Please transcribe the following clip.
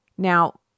Now